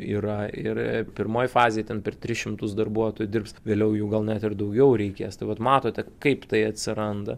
yra ir pirmoj fazėj ten per tris šimtus darbuotojų dirbs vėliau jų gal net ir daugiau reikės tai vat matote kaip tai atsiranda